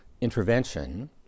intervention